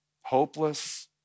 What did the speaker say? hopeless